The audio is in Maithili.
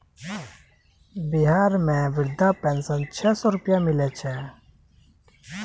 बिहार मे वृद्धा पेंशन छः सै रुपिया मिलै छै